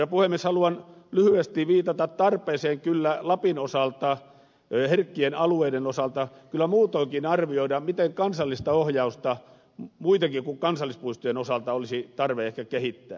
haluan lyhyesti viitata tarpeeseen lapin herkkien alueiden osalta kyllä muutoinkin arvioida miten kansallista ohjausta muittenkin kuin kansallispuistojen osalta olisi tarve ehkä kehittää